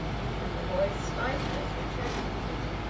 even the boy's slightness attracted him.